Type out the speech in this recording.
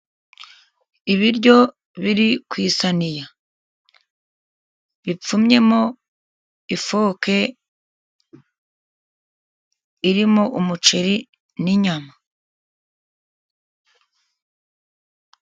Ibiryo biri ku isaniya. Bipfumyemo ifoke irimo umuceri n'inyama.